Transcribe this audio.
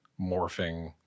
morphing